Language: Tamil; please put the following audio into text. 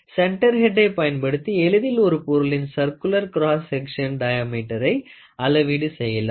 சென்டர்ஹேட்டை பயன்படுத்தி எளிதில் ஒரு பொருளின் சற்குலர் கிராஸ் செக்ஷன் டையாமெட்டரை அளவீடு செய்யலாம்